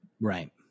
Right